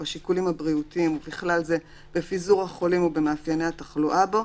בשיקולים הבריאותיים ובכלל זה בפיזור החולים ובמאפייני התחלואה בו,